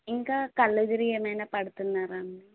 ఇంకా కళ్ళు తిరిగి ఏమన్న పడుతున్నారా అండి